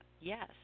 Yes